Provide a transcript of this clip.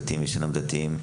דתיים ושאינם דתיים.